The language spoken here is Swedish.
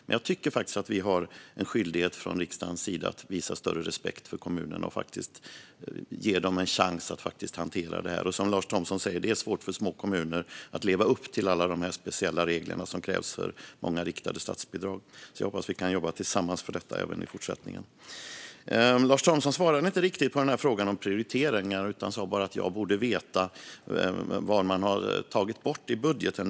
Men jag tycker faktiskt att vi från riksdagens sida har en skyldighet att visa större respekt för kommunerna och faktiskt ge dem en chans att hantera detta. Som Lars Thomsson sa är det svårt för små kommuner att leva upp till alla de speciella regler som krävs för många riktade statsbidrag. Jag hoppas därför att vi kan jobba tillsammans för detta även i fortsättningen. Lars Thomsson svarade inte riktigt på min fråga om prioriteringar. Han sa bara att jag borde veta vad man har tagit bort i budgeten.